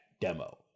demo